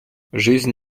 жизнь